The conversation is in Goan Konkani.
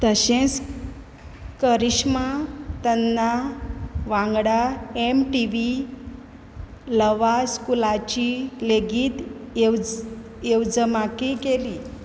तशेंच करिश्मा तन्ना वांगडा एम टी वी लव स्कुलाची लेगीत येवज यजमानकी केली